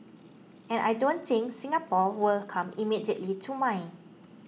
and I don't think Singapore will come immediately to mind